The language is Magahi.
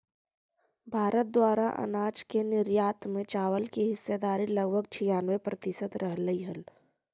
भारत द्वारा अनाज के निर्यात में चावल की हिस्सेदारी लगभग छियानवे प्रतिसत रहलइ हल